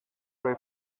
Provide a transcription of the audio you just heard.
ray